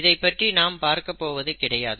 இதை பற்றி நாம் பார்க்கப் போவது கிடையாது